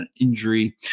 injury